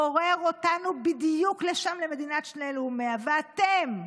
גורר אותנו בדיוק לשם, למדינת שני לאומיה, ואתם,